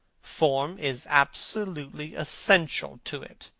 form is absolutely essential to it.